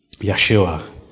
Yeshua